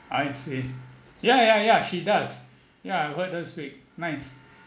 I see ya ya ya she does ya I've heard her speak nice